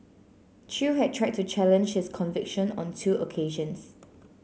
chew had tried to challenge his conviction on two occasions